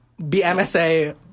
BMSA